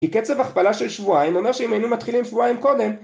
כי קצב הכפלה של שבועיים אומר שאם היינו מתחילים שבועיים קודם